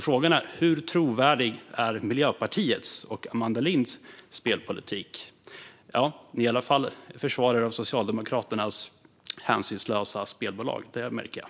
Frågan är hur trovärdig Miljöpartiets och Amanda Linds spelpolitik är. De försvarar i alla fall Socialdemokraternas hänsynslösa spelbolag. Det märker jag.